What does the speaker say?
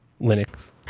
Linux